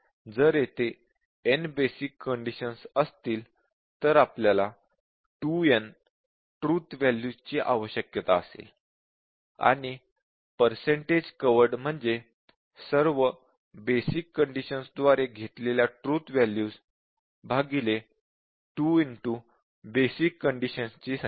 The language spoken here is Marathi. जर येथे n बेसिक कंडिशन्स असतील तर आपल्याला 2 n ट्रुथ वॅल्यूज ची आवश्यकता असेल आणि पर्सेन्टज कव्हरड म्हणजे सर्व बेसिक कंडिशन्स द्वारे घेतलेल्या ट्रुथ वॅल्यूज २ बेसिक कंडिशन्स ची संख्या